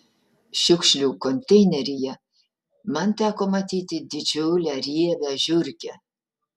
šiukšlių konteineryje man teko matyti didžiulę riebią žiurkę